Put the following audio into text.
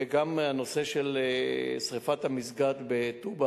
וגם הנושא של שרפת המסגד בטובא,